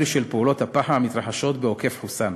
של פעולות הפח"ע המתרחשות בעוקף-חוסאן,